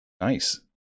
Nice